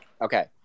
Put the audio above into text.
okay